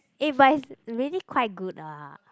if I really quite good ah